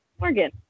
Morgan